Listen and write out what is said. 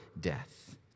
death